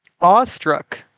awestruck